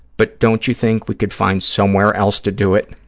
but don't you think we could find somewhere else to do it?